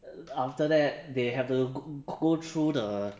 after that they have to g~ go through the